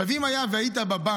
עכשיו אם היית בבנק,